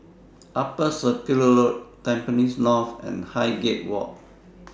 Upper Circular Road Tampines North and Highgate Walk